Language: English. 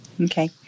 Okay